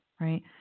right